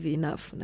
enough